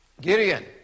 Gideon